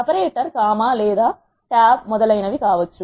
separator comma లేదా tab etcetctra కూడా కావచ్చు